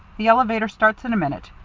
the elevator starts in a minute.